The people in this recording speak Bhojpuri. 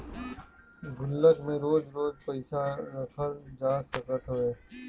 गुल्लक में रोज रोज पईसा रखल जा सकत हवे